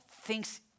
thinks